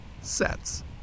sets